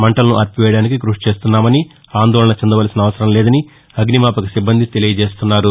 మంటలను ఆర్పివేయడానికి కృషి చేస్తున్నామని ఆందోళన చెందవలసిన అవసరంలేదని అగ్నిమాపక సిబ్బంది తెలియజేస్తున్నారు